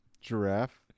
Giraffe